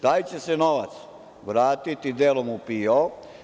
Taj će se novac vratiti delom u PIO.